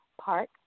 park